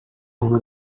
uno